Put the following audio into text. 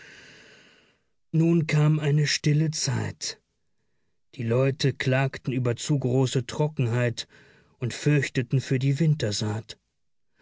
nun kam eine stille zeit die leute klagten über zu große trockenheit und fürchteten für die wintersaat